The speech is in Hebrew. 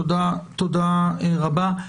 תודה רבה.